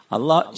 Allah